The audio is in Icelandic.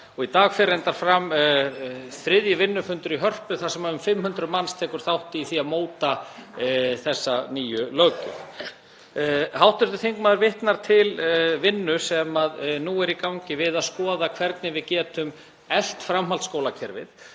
Í dag fer reyndar fram þriðji vinnufundur í Hörpu þar sem um 500 manns taka þátt í því að móta þessa nýju löggjöf. Hv. þingmaður vitnar til vinnu sem nú er í gangi við að skoða hvernig við getum eflt framhaldsskólakerfið